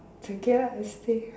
you cannot I say